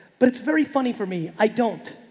but it's very funny for me. i don't,